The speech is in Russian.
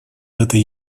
этой